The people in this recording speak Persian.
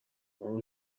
مامان